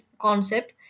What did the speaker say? concept